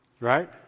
Right